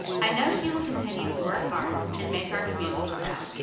i know she will continue to work hard and make our community proud.